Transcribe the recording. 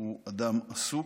הוא אדם עסוק.